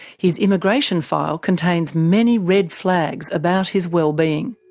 his immigration file contains many red flags about his well-being.